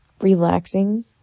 relaxing